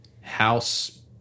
house